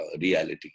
reality